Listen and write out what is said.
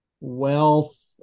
wealth